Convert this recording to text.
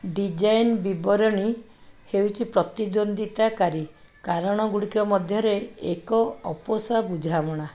design ବିବରଣୀ ହେଉଛି ପ୍ରତିଦ୍ୱନ୍ଦ୍ୱିତାକାରୀ କାରଣ ଗୁଡ଼ିକ ମଧ୍ୟରେ ଏକ ଅପୋଷା ବୁଝାମଣା